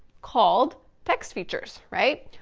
called text features, right?